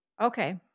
Okay